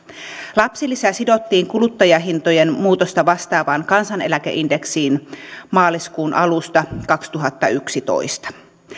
lapsilisä sidottiin kuluttajahintojen muutosta vastaavaan kansaneläkeindeksiin maaliskuun alusta kaksituhattayksitoista